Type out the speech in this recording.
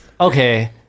okay